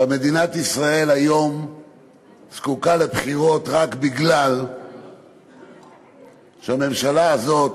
מדינת ישראל היום זקוקה לבחירות רק מפני שהממשלה הזאת,